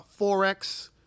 Forex